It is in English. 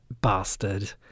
bastard